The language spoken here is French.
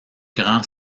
grand